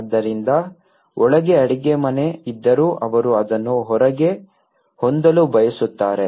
ಆದ್ದರಿಂದ ಒಳಗೆ ಅಡಿಗೆಮನೆ ಇದ್ದರೂ ಅವರು ಅದನ್ನು ಹೊರಗೆ ಹೊಂದಲು ಬಯಸುತ್ತಾರೆ